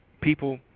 People